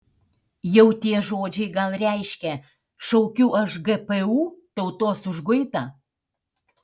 jau tie žodžiai gal reiškia šaukiu aš gpu tautos užguitą